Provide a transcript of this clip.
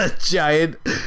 giant